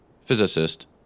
physicist